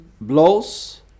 blows